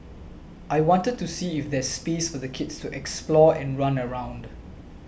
I wanted to see if there's space for the kids to explore and run around